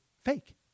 fake